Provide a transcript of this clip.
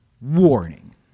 Warning